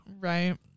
Right